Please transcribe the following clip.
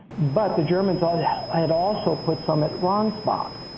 but the germans ah and yeah had also put some at ransbach.